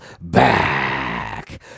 back